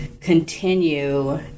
continue